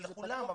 זה לכולם.